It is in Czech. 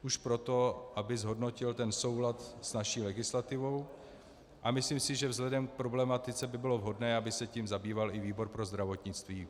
Už proto, aby zhodnotil soulad s naší legislativou, a myslím si, že vzhledem k problematice by bylo vhodné, aby se tím zabýval i výbor pro zdravotnictví.